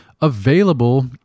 available